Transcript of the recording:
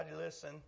listen